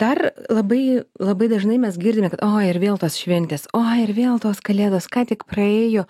dar labai labai dažnai mes girdime kad oi ir vėl tos šventės oi ir vėl tos kalėdos ką tik praėjo